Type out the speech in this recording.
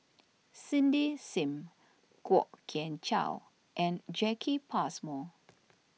Cindy Sim Kwok Kian Chow and Jacki Passmore